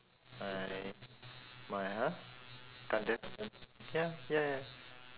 my my !huh! gundam ya ya ya